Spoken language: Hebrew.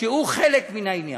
שהוא חלק מן העניין.